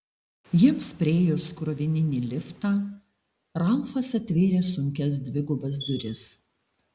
jiems priėjus krovininį liftą ralfas atvėrė sunkias dvigubas duris